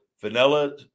vanilla